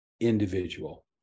individual